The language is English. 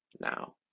now